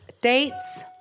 dates